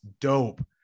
dope